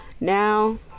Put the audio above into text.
now